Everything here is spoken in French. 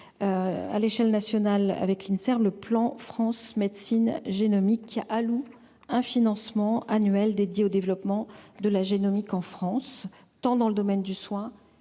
à l'échelle nationale avec l'INSERM, le plan France médecine génomique alloue un financement annuel dédié au développement de la génomique, en France, tant dans le domaine du soin